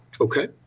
Okay